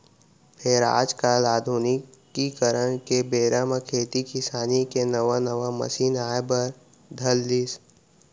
फेर आज काल आधुनिकीकरन के बेरा म खेती किसानी के नवा नवा मसीन आए बर धर लिस